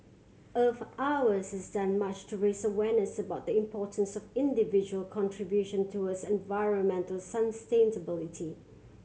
Earth Hour has done much to raise awareness about the importance of individual contribution towards environmental sustainability